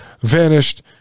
vanished